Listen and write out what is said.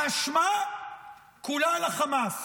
האשמה כולה על החמאס,